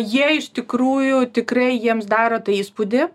jie iš tikrųjų tikrai jiems daro tai įspūdį